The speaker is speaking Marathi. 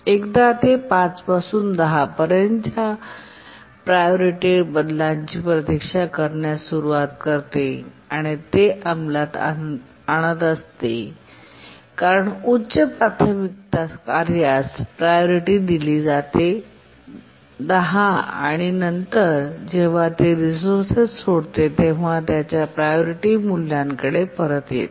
एकदा ते 5 पासून 10 पर्यंत त्याच्या प्रायोरिटी बदलांची प्रतीक्षा करण्यास सुरवात करते आणि ते अंमलात आणत असते कारण उच्च प्राथमिकता कार्यास प्रायोरिटी दिले जाते 10 आणि नंतर जेव्हा ते रिसोर्सेस सोडते तेव्हा ते स्वतःच्या प्रायोरिटी मूल्यांकडे परत येते